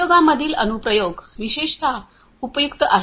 उद्योगांमधील अनुप्रयोग विशेषतः उपयुक्त आहेत